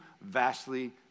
vastly